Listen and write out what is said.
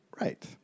Right